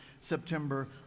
September